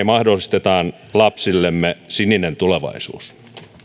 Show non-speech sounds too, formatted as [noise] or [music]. [unintelligible] mahdollistetaan lapsillemme sininen tulevaisuus